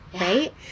right